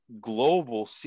global